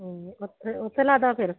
ਉੱਥੇ ਉੱਥੇ ਲਾ ਦਿਆਂ ਫਿਰ